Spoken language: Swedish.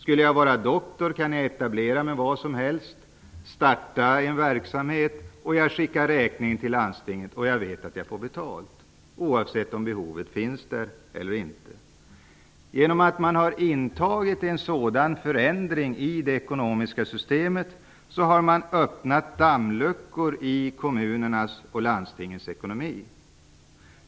Om jag är doktor kan jag etablera mig var som helst, starta en verksamhet och skicka räkningen till landstinget. Jag vet att jag får betalt oavsett om behovet finns eller inte. Genom att man har tagit in en sådan förändring i det ekonomiska systemet har man öppnat dammluckor i kommunernas och landstingens ekonomi.